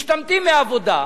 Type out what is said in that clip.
משתמטים מעבודה.